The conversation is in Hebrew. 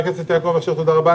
תודה רבה.